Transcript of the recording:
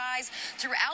throughout